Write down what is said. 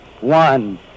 one